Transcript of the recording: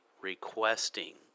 requesting